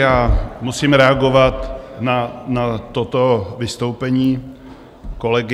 Já musím reagovat na toto vystoupení kolegy.